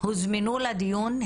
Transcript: שהוזמנו לדיון,